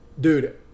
dude